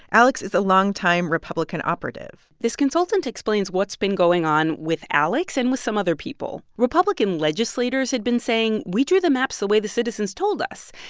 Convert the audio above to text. alex is a longtime republican operative this consultant explains what's been going on with alex and with some other people. republican legislators had been saying, we drew the maps the way the citizens told us.